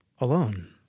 alone